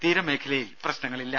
തീരമേഖലയിൽ പ്രശ്നങ്ങളില്ല